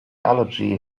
allergy